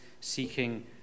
seeking